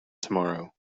tomorrow